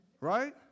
right